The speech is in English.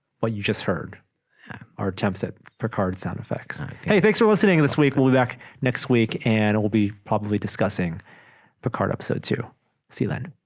what you just heard our attempts at picard sound effects hey thanks for listening this week we'll be back next week and we'll be probably discussing picard episode to seal and